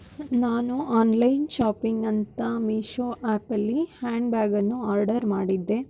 ನಾನು online shopping ಅಂತ ಮೀಶೋ ಆ್ಯಪಲ್ಲಿ ಹ್ಯಾಂಡ್ ಬ್ಯಾಗನ್ನು ಆರ್ಡರ್ ಮಾಡಿದ್ದೆ